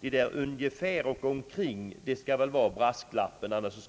Uttrycken »ungefär» och »omkring» skall väl utgöra brasklappen, annars